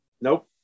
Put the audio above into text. Nope